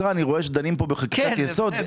אני רואה שדנים פה בחקיקת יסוד.